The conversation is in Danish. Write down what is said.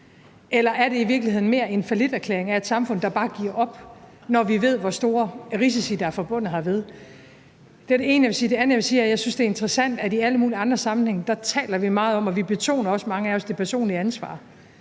Eller er det i virkeligheden mere en falliterklæring for et samfund, der bare giver op, når vi ved, hvor store risici der er forbundet med det? Det var det ene, jeg ville sige. Det andet, jeg vil sige, er, at jeg synes, det er interessant, at vi i alle mulige andre sammenhænge taler meget om det personlige ansvar,